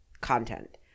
content